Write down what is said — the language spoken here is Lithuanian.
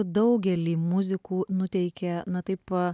daugelį muzikų nuteikė na taip